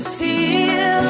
feel